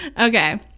Okay